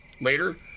later